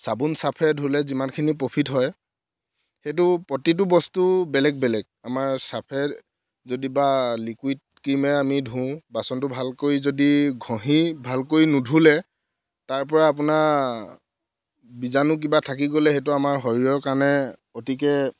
চাবোন চাৰ্ফেৰে ধুলে যিমানখিনি প্ৰফিট হয় সেইটো প্ৰতিটো বস্তু বেলেগ বেলেগ আমাৰ চাৰ্ফেৰে যদিবা লিকুইড ক্ৰীমেৰে আমি ধুওঁ বাচনটো ভালকৈ যদি ঘঁহি ভালকৈ নুধুলে তাৰ পৰা আপোনাৰ বীজাণু কিবা থাকি গ'লে সেইটো আমাৰ শৰীৰৰ কাৰণে অতিকৈ